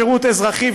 בשירות אזרחי,